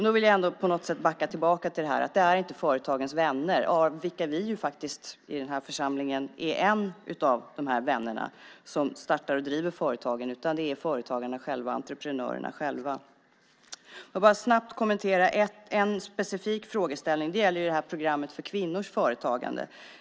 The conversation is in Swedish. Då vill jag ändå på något sätt backa tillbaka till att det inte är företagens vänner - vi i den här församlingen är faktiskt en av de här vännerna - som startar och driver företagen, utan det är företagarna själva. Det är entreprenörerna själva. Jag vill bara snabbt kommentera en specifik frågeställning. Det gäller programmet för kvinnors företagande.